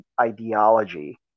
ideology